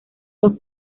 los